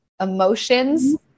emotions